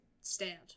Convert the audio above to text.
stand